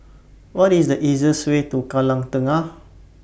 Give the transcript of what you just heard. What IS The easiest Way to Kallang Tengah